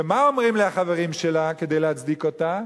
ומה אומרים לי החברים שלה כדי להצדיק אותה?